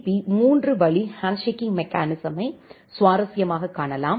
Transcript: B மூன்று வழி handshaking மெக்கானிசமை சுவாரஸ்யமாகக் காணலாம்